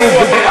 לא בטוח.